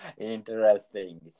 Interesting